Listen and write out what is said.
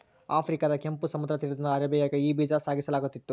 ಆಫ್ರಿಕಾದ ಕೆಂಪು ಸಮುದ್ರ ತೀರದಿಂದ ಅರೇಬಿಯಾಗೆ ಈ ಬೀಜ ಸಾಗಿಸಲಾಗುತ್ತಿತ್ತು